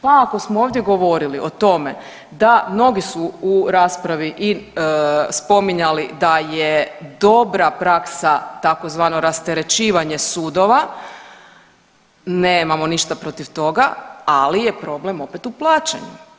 Pa ako smo ovdje govorili o tome da mnogi su u raspravi i spominjali da je dobra praksa tzv. rasterećivanje sudova, nemamo ništa protiv toga, ali je problem opet u plaćanju.